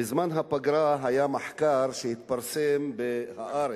בזמן הפגרה התפרסם ב"הארץ"